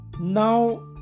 Now